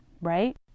right